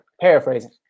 Paraphrasing